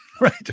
Right